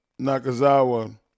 Nakazawa